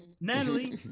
Natalie